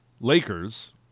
Lakers